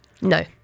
No